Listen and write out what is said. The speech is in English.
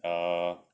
uh